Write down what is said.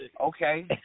okay